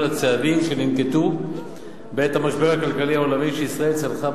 הצעדים שננקטו בעת המשבר הכלכלי העולמי שישראל צלחה,